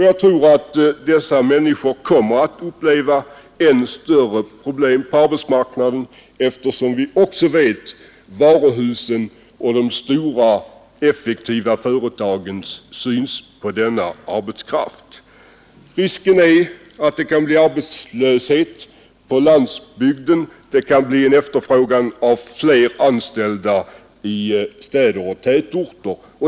Jag tror att dessa människor kommer att uppleva än större problem på arbetsmarknaden, eftersom de känner till varuhusens och de stora effektiva företagens syn på denna arbetskraft. Risken är att det kan bli arbetslöshet på landsbygden, det kan bli en efterfrågan av fler anställda i städer och tätorter.